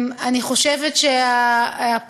אני חושבת שהפרקליטות,